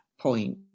point